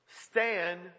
stand